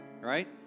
right